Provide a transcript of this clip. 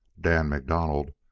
dan macdonald,